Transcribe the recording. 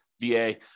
VA